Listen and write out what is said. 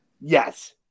Yes